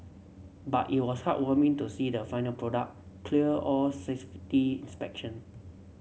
but it was heartwarming to see the final product clear all safety inspection